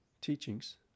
teachings